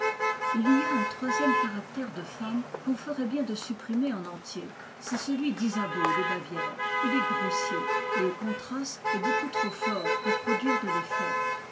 h y a un troisième caractère de femme qu'on ferait bien de supprimer en entier c'est celui d'isabeau de bavière il est grossier et le contraste est beaucoup trop fort pour produire de l'effet